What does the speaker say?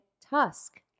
Tusk